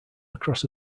across